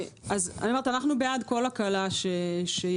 אנחנו בעד כל הקלה שיש,